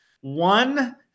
one